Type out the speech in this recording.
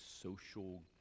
social